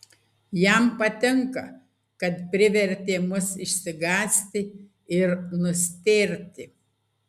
jam patinka kad privertė mus išsigąsti ir nustėrti